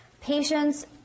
Patients